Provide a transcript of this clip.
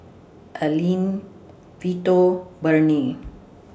Alene Vito Burney